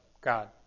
God